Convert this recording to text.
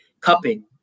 cupping